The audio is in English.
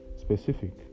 specific